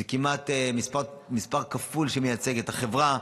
זה כמעט כפול שהמספר שמייצג את החברה,